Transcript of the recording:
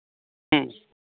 ᱦᱮᱸ